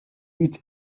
with